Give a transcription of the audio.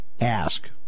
ask